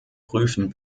prüfen